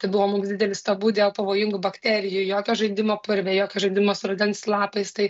tai buvo mums didelis tabu dėl pavojingų bakterijų jokio žaidimo purve jokio žaidimo su rudens lapais tai